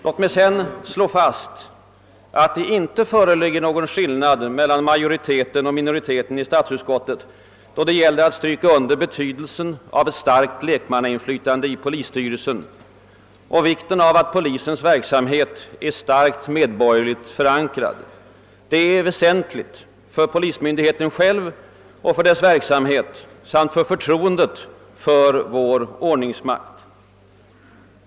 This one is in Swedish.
Låt mig sedan slå fast att det inte föreligger någon skillnad mellan majoriteten och minoriteten i statsutskottet då det gäller att stryka under betydelsen av ett starkt lekmannainflytande i polisstyrelsen och vikten av att polisens verksamhet är fast medborgerligt förankrad. Detta är väsentligt för polismyndigheten själv och dess verksamhet samt för förtroendet till vår ordningsmakt.